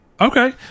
okay